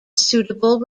suitable